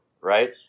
Right